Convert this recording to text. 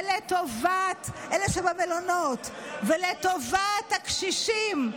לטובת אלה שבמלונות ולטובת הקשישים,